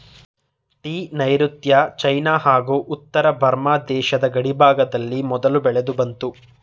tea ನೈರುತ್ಯ China ಹಾಗೂ ಉತ್ತರ ಬರ್ಮ ದೇಶದ ಗಡಿಭಾಗದಲ್ಲಿ ಮೊದಲು ಬೆಳೆದುಬಂತು